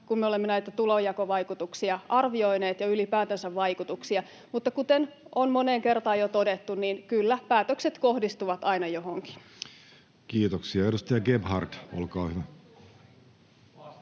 kun me olemme arvioineet näitä tulonjakovaikutuksia ja ylipäätänsä vaikutuksia. Mutta kuten on moneen kertaan jo todettu, niin kyllä, päätökset kohdistuvat aina johonkin. [Mauri Peltokangas: Se on sitä